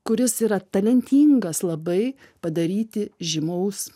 kuris yra talentingas labai padaryti žymaus